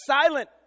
silent